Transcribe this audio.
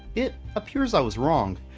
it appears i was wrong.